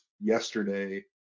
yesterday